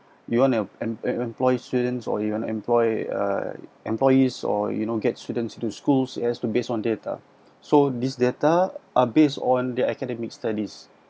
you want to em~ em~ employ students or even employ uh employees or you know get students to schools it has to base on data so these data are based on their academic studies